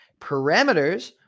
Parameters